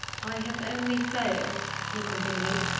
i have only failed, he continued,